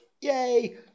Yay